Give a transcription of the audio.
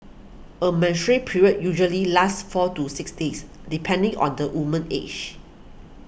a menstrual period usually lasts four to six days depending on the woman's age